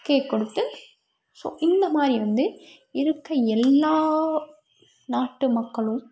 cake கொடுத்து so இந்த மாதிரி வந்து இருக்கற எல்லா நாட்டு மக்களும்